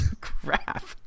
Crap